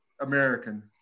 American